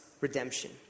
redemption